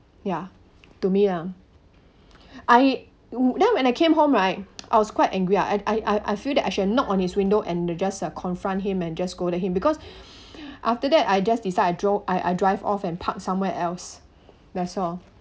ya to me ah I then when I came home right I was quite angry ah I I I feel that I should have knocked on his window and just uh confront him and just scolded him because after that I just decide I dro~ I I drive off and park somewhere else that's all